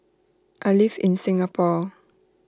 I live in Singapore